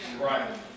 Right